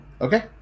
Okay